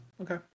Okay